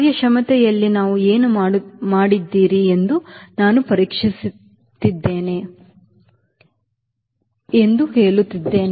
ಕಾರ್ಯಕ್ಷಮತೆಯಲ್ಲಿ ನೀವು ಏನು ಮಾಡಿದ್ದೀರಿ ಎಂದು ನಾನು ಪರಿಷ್ಕರಿಸುತ್ತಿದ್ದೇನೆ ಎಂದು ನಾನು ಹೇಳುತ್ತಿದ್ದೇನೆ